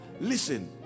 listen